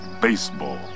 baseball